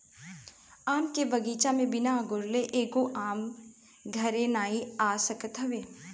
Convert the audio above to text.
आम के बगीचा में बिना अगोरले एगो आम घरे नाइ आ सकत हवे